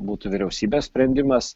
būtų vyriausybės sprendimas